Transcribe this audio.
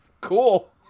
cool